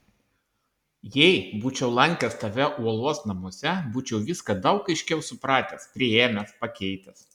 jei būčiau lankęs tave uolos namuose būčiau viską daug aiškiau supratęs priėmęs pakeitęs